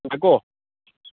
ꯌꯥꯏ ꯀꯣ